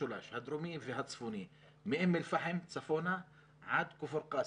הדרומי והצפוני מאום אל פאחם צפונה עד כפר קאסם,